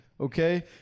Okay